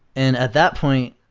and at that point,